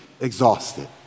exhausted